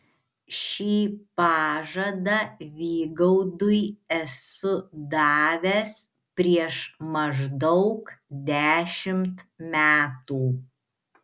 šį pažadą vygaudui esu davęs prieš maždaug dešimt metų